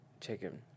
Chicken